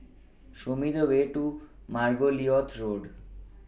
Show Me The Way to Margoliouth Road